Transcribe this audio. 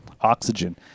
oxygen